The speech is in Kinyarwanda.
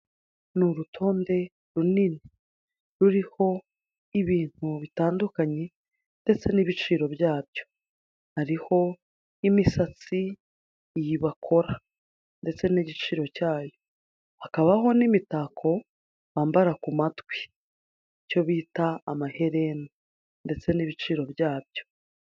Ni urutonde runini ruriho ibintu bitandukanye ndetse n'ibiciro byabyo. Hariho imisatsi iyi bakora ndetse n'igiciro cyayo hakabaho n'imitako bambara ku matwi icyo bita amaherena ndetse n'ibiciro byabyo.